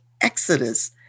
exodus